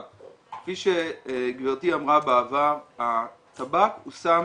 כפי שגבירתי אמרה בעבר, הטבק הוא סם